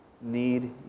need